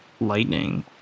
lightning